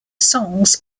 songs